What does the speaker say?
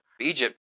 Egypt